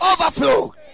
overflow